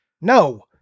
No